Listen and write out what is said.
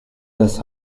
this